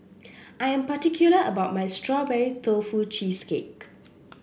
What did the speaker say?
I am particular about my Strawberry Tofu Cheesecake